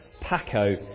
Paco